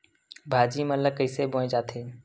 भाजी मन ला कइसे बोए जाथे?